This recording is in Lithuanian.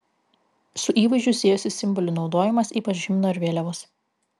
su įvaizdžiu siejosi simbolių naudojimas ypač himno ir vėliavos